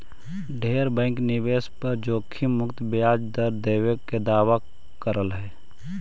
ढेर बैंक निवेश पर जोखिम मुक्त ब्याज दर देबे के दावा कर हई